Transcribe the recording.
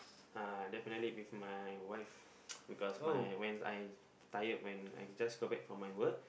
uh definitely with my wife because my when I tired when I just got back from my work